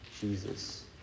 Jesus